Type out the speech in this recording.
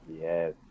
Yes